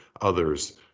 others